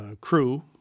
crew